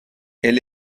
elle